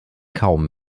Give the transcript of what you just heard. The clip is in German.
kaum